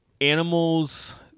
animals